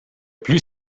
plus